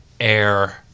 Air